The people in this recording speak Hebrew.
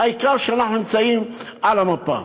העיקר שאנחנו נמצאים על המפה.